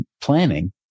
planning